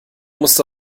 musste